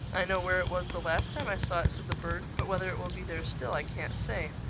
i know where it was the last time i saw it, said the bird. but whether it will be there still, i can't say.